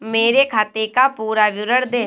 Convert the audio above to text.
मेरे खाते का पुरा विवरण दे?